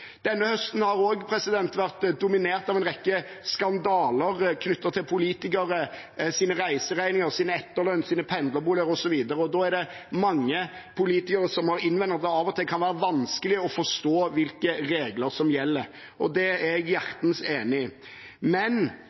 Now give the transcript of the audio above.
Denne høsten har også vært dominert av en rekke skandaler knyttet til politikeres reiseregninger, etterlønn, pendlerboliger osv., og da er det mange politikere som har innvendt at det av og til kan være vanskelig å forstå hvilke regler som gjelder. Det er jeg hjertens enig i, men